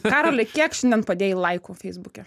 karoli kiek šiandien padėjai laikų feisbuke